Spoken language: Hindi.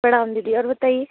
प्रणाम दीदी और बताइए